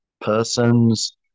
persons